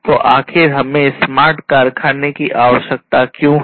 तो आखिर हमें स्मार्ट कारखाने की आवश्यकता क्यों है